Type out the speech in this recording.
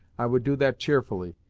i would do that cheerfully,